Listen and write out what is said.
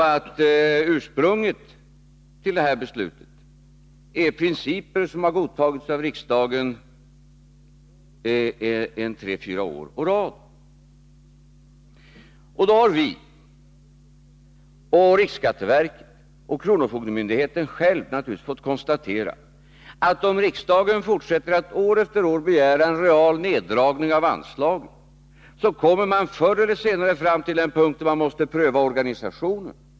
Bakgrunden till beslutet är en princip som godtagits av riksdagen tre fyra år i rad. Då har riksskatteverket och kronofogdemyndigheterna själva fått konstatera, att om riksdagen fortsätter att år efter år begära en real neddragning av anslagen, kommer vi förr eller senare fram till en punkt där man måste undersöka organisationen.